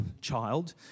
child